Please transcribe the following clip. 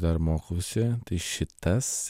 dar mokausi tai šitas